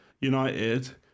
United